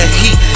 heat